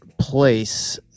place